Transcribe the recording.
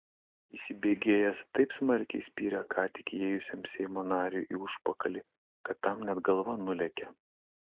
įsibėgėjęs taip smarkiai spyrė ką tik įėjusiam seimo nariui į užpakalį kad tam net galva nulėkė